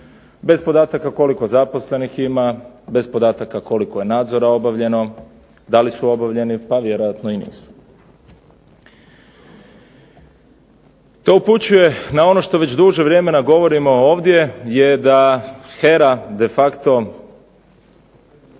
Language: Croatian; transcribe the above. bez podataka koliko zaposlenih ima, bez podataka koliko je nadzora obavljeno, da li su obavljeni, pa vjerojatno i nisu. To upućuje na ono što već duže vremena govorimo ovdje je da HERA de facto